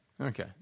Okay